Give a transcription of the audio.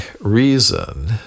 reason